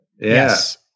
yes